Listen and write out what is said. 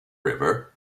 river